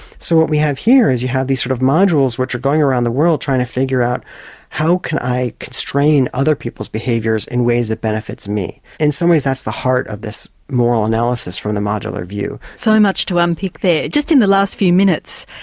so what we have here is you have these sort of modules which are going around the world trying to figure out how can i constrain other people's behaviours in ways that benefits me? in some ways that's the heart of this moral analysis from the modular view. so much to unpick there. just in the last few minutes,